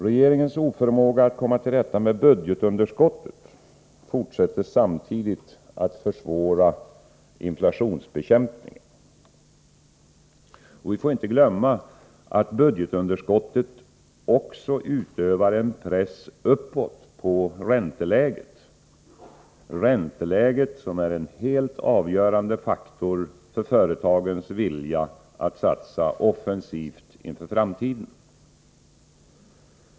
Regeringens oförmåga att komma till rätta med budgetunderskottet fortsätter samtidigt att försvåra inflationsbekämpningen. Vi får inte glömma att budgetunderskottet också utövar press uppåt på ränteläget. Ränteläget är en helt avgörande faktor för företagens vilja att satsa offensivt för framtiden.